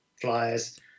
flyers